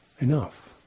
enough